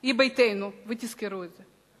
היא ביתנו, ותזכרו את זה.